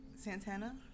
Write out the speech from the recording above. Santana